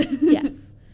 Yes